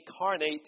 incarnate